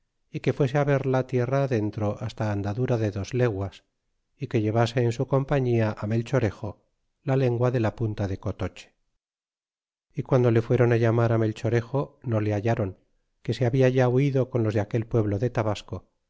y que fuese verla tierra adentro hasta andadura de dos leguas y que llevase en su compañía melchorejo la lengua de la punta de cotoche y guando le fueron llamar al melchorejo no le hallron que se habia ya huido con los de aquel pueblo de tabasco